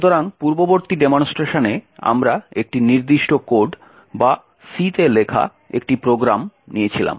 সুতরাং পূর্ববর্তী ডেমনস্ট্রেশনে আমরা একটি নির্দিষ্ট কোড বা C তে লেখা একটি প্রোগ্রাম নিয়েছিলাম